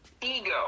ego